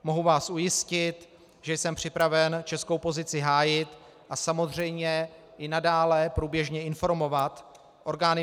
Mohu vás ujistit, že jsem připraven českou pozici hájit a samozřejmě i nadále průběžně informovat orgány